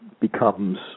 becomes